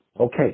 Okay